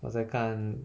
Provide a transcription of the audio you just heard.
我在看